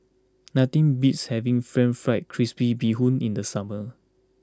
nothing beats having Pan Fried Crispy Bee Hoon in the summer